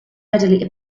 readily